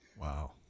Wow